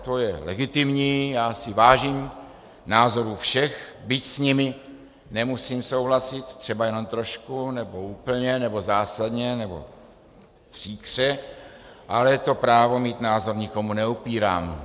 To je legitimní, já si vážím názorů všech, byť s nimi nemusím souhlasit, třeba jenom trošku, nebo úplně, nebo zásadně, nebo příkře, ale to právo mít názor nikomu neupírám.